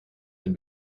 dem